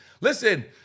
Listen